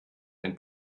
wenn